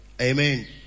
Amen